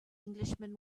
englishman